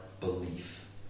belief